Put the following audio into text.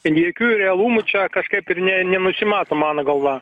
nė jokių realumų čia kažkaip ir ne nenusimato mano galva